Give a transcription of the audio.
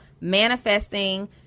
manifesting